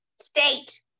State